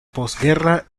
postguerra